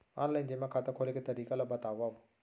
Online जेमा खाता खोले के तरीका ल बतावव?